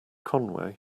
conway